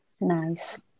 nice